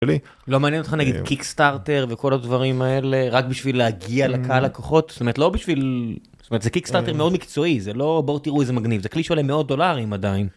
לא מעניין אותך נגיד קיקסטארטר וכל הדברים האלה, רק בשביל להגיע לקהל לקוחות? זאת אומרת לא בשביל זה, קיקסטארטר מאוד מקצועי. זה לא בוא תראו איזה מגניב. זה כלי של מאות דולרים עדיין.